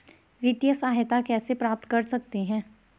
वित्तिय सहायता कैसे प्राप्त कर सकते हैं?